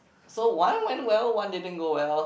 so one went well one didn't go well